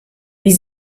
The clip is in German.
wie